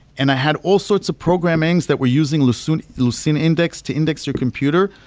and i had all sorts of programming that we're using lucene lucene index to index your computer,